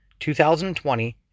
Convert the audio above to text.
2020